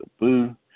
boo